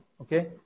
Okay